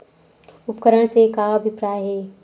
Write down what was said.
उपकरण से का अभिप्राय हे?